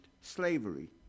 slavery